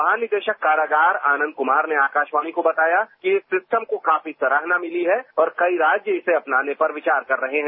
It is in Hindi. महानिदेशक कारागार आनंद कुमार ने आकाशवाणी को बताया कि इस सिस्टम को काफी सराहना मिली है और कई राज्य इसे अपनाने पर विचार कर रहे हैं